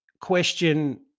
question